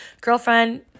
girlfriend